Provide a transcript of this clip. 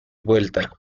vuelta